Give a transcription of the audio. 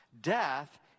death